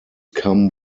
come